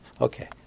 okay